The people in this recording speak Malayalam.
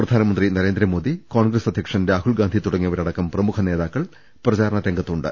പ്രധാനമന്ത്രി നരേ ന്ദ്രമോദി കോൺഗ്രസ് അധ്യക്ഷൻ രാഹുൽഗാന്ധി തുടങ്ങിയവര ടക്കം പ്രമുഖ നേതാക്കൾ പ്രചാകണരംഗത്തുണ്ട്